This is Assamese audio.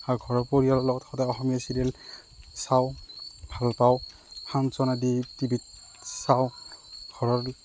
আৰু ঘৰৰ পৰিয়ালৰ লগত সদায় অসমীয়া চিৰিয়েল চাওঁ ভাল পাওঁ ফাংশ্যন আদি টি ভিত চাওঁ ঘৰত